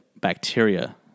bacteria